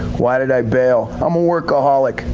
why did i bail? i'm a workaholic.